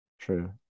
True